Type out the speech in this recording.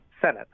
Senate